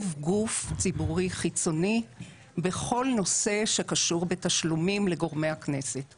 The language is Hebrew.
גוף ציבורי חיצוני בכל נושא שקשור בתשלומים לגורמי הכנסת,